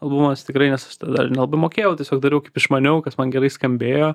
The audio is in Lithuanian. albumas tikrai nes tada ir nelabai mokėjau tiesiog dariau kaip išmaniau kas man gerai skambėjo